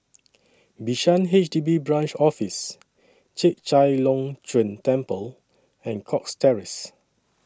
Bishan H D B Branch Office Chek Chai Long Chuen Temple and Cox Terrace